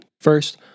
First